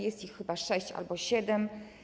Jest ich chyba sześć albo siedem.